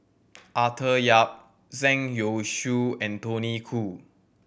Arthur Yap Zhang Youshuo and Tony Khoo